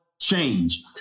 change